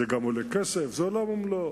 זה גם עולה כסף, זה עולם ומלואו.